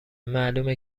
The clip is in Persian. معلومه